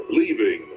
leaving